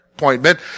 appointment